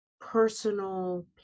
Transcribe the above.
personal